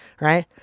right